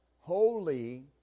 holy